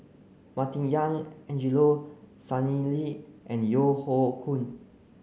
Martin Yan Angelo Sanelli and Yeo Hoe Koon